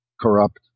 corrupt